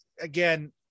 again